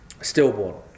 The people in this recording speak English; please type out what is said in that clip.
stillborn